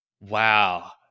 wow